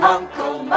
Uncle